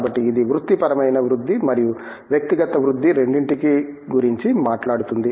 కాబట్టి ఇది వృత్తిపరమైన వృద్ధి మరియు వ్యక్తిగత వృద్ధి రెండింటి గురించి మాట్లాడుతుంది